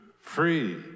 Free